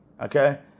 Okay